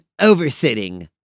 oversitting